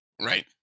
Right